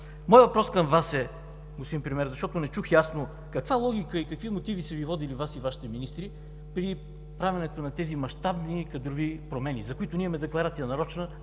Моят въпрос към Вас, господин Премиер, защото не чух ясно, е: каква логика и какви мотиви са водили Вас и Вашите министри при правенето на тези мащабни кадрови промени, за които ние имаме нарочна